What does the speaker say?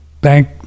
bank